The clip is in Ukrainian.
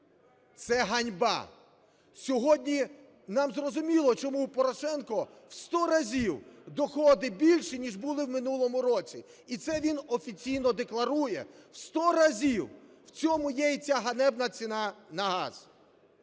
Це – ганьба! Сьогодні нам зрозуміло, чому у Порошенка в 100 разів доходи більше, ніж були в минулому році, і це він офіційно декларує – в 100 разів! В цьому є і ця ганебна ціна на газ.